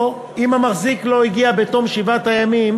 או אם המחזיק לא הגיע בתום שבעת הימים.